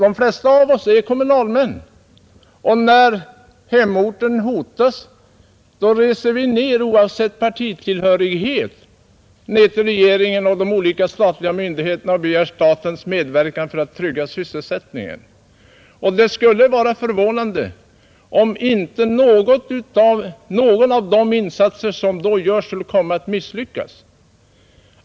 De flesta av oss är kommunalmän, och när hemorten hotas reser vi oavsett partitillhörighet ner till regeringen och de olika statliga myndigheterna och begär statens medverkan för att trygga sysselsättningen. Det skulle vara förvånande om inte någon av de insatser som då görs kommer att misslyckas.